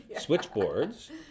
switchboards